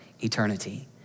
eternity